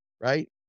right